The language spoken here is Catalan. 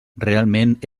realment